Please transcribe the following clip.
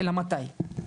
אלא מתי.